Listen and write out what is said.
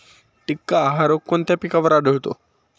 टिक्का हा रोग कोणत्या पिकावर आढळतो?